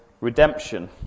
redemption